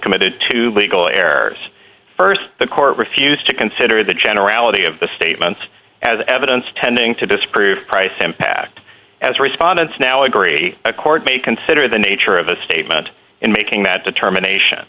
committed to legal errors st the court refused to consider the generality of the statements as evidence tending to disprove price impact as respondents now agree a chord may consider the nature of a statement in making that determination